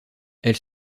elle